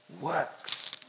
works